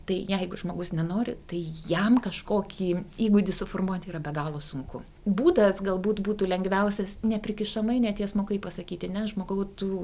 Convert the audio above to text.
tai jeigu žmogus nenori tai jam kažkokį įgūdį suformuot yra be galo sunku būdas galbūt būtų lengviausias neprikišamai netiesmukai pasakyti ne žmogau tu